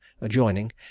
adjoining